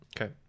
Okay